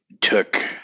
took